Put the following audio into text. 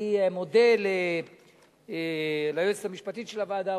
אני מודה ליועצת המשפטית של הוועדה,